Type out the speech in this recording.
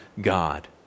God